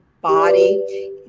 body